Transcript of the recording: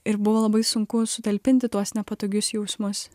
ir buvo labai sunku sutalpinti tuos nepatogius jausmus